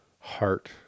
heart